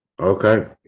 Okay